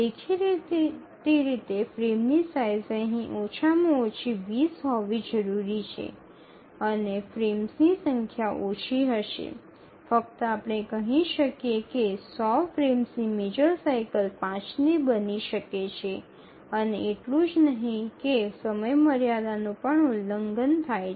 દેખીતી રીતે ફ્રેમની સાઇઝ અહીં ઓછામાં ઓછી ૨0 હોવી જરૂરી છે અને ફ્રેમ્સની સંખ્યા ઓછી હશે ફક્ત આપણે કહી શકીએ કે ૧00 ફ્રેમ્સની મેજર સાઇકલ ૫ ની બને છે અને એટલું જ નહીં કે સમયમર્યાદાનું પણ ઉલ્લંઘન થાય છે